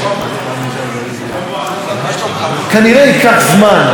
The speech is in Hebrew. כנראה ייקח זמן עד שגם הם יבינו,